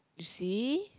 see